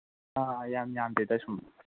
ꯑꯥ ꯌꯥꯝ ꯌꯥꯝꯗꯦꯗ ꯁꯨꯝ